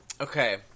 okay